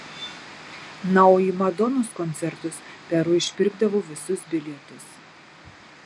na o į madonos koncertus peru išpirkdavo visus bilietus